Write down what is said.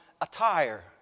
attire